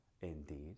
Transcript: Indeed